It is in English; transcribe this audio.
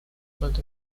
but